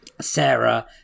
Sarah